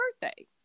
birthday